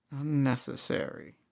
Unnecessary